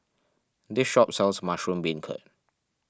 this shop sells Mushroom Beancurd